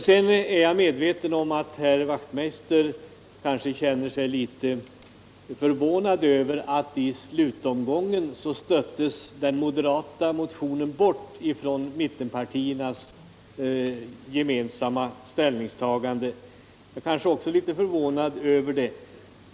Jag är medveten om att herr Wachtmeister i Staffanstorp kanske känner sig litet förvånad över att den moderata motionen i slutomgången stöttes bort från mittenpartiernas gemensamma ställningstagande. Jag blev kanske också förvånad över det.